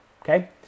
okay